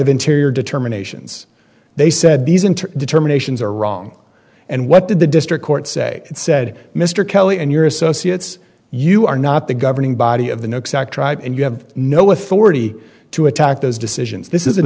of interior determinations they said these into determinations are wrong and what did the district court say it said mr kelly and your associates you are not the governing body of the new and you have no authority to attack those decisions this is